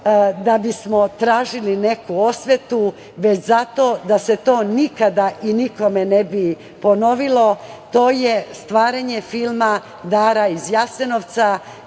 da bismo tražili neku osvetu, već zato da se to nikada i nikome ne bi ponovilo, to je stvaranje filma „Dara iz Jasenovca“,